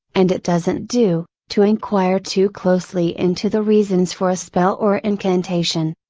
and it doesn't do, to inquire too closely into the reasons for a spell or incantation!